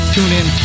TuneIn